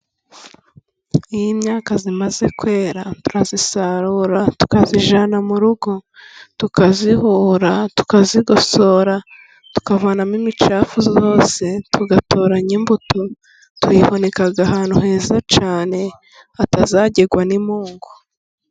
Iyo imyaka imaze kwera turayisarura, tukayijyanaana mu rugo, tukayihura, tukayigosora, tukavanamo imicafu yose, tugatoranya imbuto, tuyihunika ahantu heza cyane hatazagerwa n'imungu.